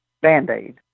Band-Aid